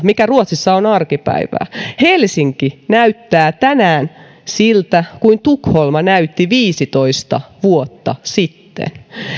mikä ruotsissa on arkipäivää helsinki näyttää tänään siltä kuin tukholma näytti viisitoista vuotta sitten